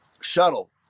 shuttle